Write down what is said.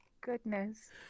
Goodness